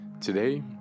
Today